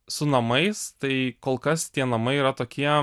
su namais tai kol kas tie namai yra tokie